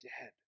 dead